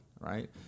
right